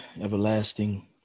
everlasting